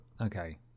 Okay